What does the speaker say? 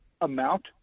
amount